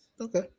Okay